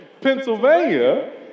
Pennsylvania